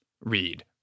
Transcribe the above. read